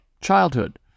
childhood